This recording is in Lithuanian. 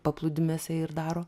paplūdimiuose ir daro